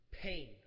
pain